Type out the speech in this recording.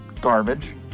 garbage